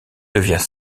devient